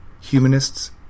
Humanists